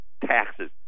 taxes